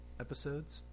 episodes